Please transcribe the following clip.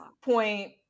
point